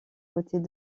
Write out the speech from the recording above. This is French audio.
côtés